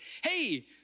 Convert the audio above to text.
hey